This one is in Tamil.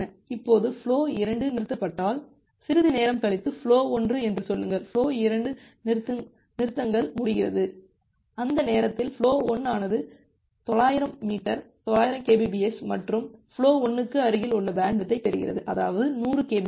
இப்போது ஃபுலோ 2 நிறுத்தப்பட்டால் சிறிது நேரம் கழித்து ஃபுலோ 1 என்று சொல்லுங்கள் ஃபுலோ 2 நிறுத்தங்கள் முடிகிறது அந்த நேரத்தில் ஃபுலோ 1 ஆனது 900 m 900 kbps மற்றும் ஃபுலோ 1 க்கு அருகில் உள்ள பேண்ட்வித்யைப் பெறுகிறது அதாவது 100kbps